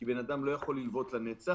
כי בן אדם לא יכול ללוות לנצח,